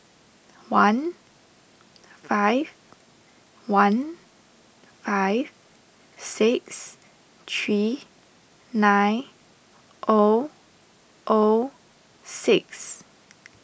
one five one five six three nine O O six